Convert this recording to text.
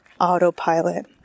autopilot